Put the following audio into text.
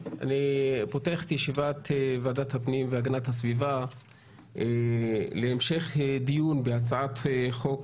אני פותח את ישיבת הפנים והגנת הסביבה להמשך דיון בנושא הצעת חוק